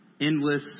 endless